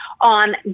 on